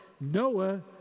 Noah